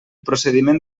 procediment